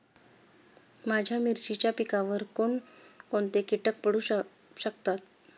माझ्या मिरचीच्या पिकावर कोण कोणते कीटक पडू शकतात?